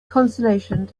consolation